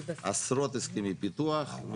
עשרות הסכמי פיתוח.